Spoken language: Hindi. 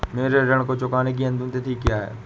मेरे ऋण को चुकाने की अंतिम तिथि क्या है?